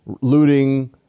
looting